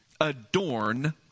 Adorn